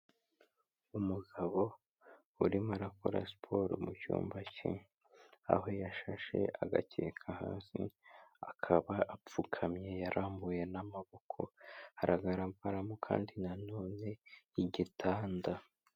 Umugabo urimo arakora siporo mu cyumba cye, aho yashashe agakeka hasi, akaba apfukamye yarambuye n'amaboko, haragaragaramo kandi na none igitanda.